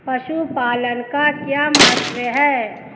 पशुपालन का क्या महत्व है?